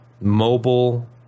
mobile